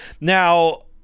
Now